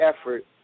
effort